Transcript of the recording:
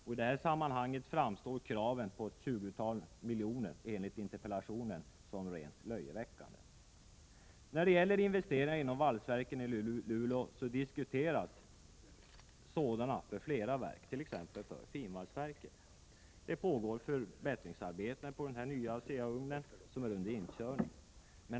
I det sammanhanget framstår kravet på ett tjugotal miljoner som framförs i interpellationen som rent löjeväckande. Investeringar inom valsverken i Luleå diskuteras för flera verk, t.ex. för finvalsverket. Det pågår också förbättringsarbeten på den nya ASEA-ugn som är under inkörning.